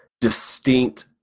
distinct